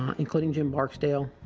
um including jim barksdale.